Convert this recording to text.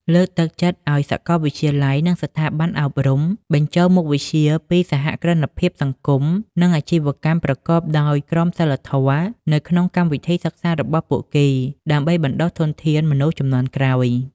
លើកទឹកចិត្តឱ្យសាកលវិទ្យាល័យ និងស្ថាប័នអប់រំ បញ្ចូលមុខវិជ្ជាស្តីពីសហគ្រិនភាពសង្គម និងអាជីវកម្មប្រកបដោយក្រមសីលធម៌ នៅក្នុងកម្មវិធីសិក្សារបស់ពួកគេ ដើម្បីបណ្តុះធនធានមនុស្សជំនាន់ក្រោយ។